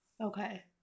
Okay